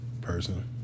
person